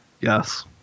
Yes